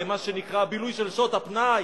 למה שנקרא בילוי של שעות הפנאי.